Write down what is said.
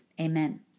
Amen